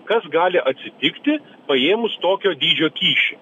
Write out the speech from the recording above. kas gali atsitikti paėmus tokio dydžio kyšį